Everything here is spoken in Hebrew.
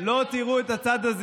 "חלאות", "תתי-אדם"?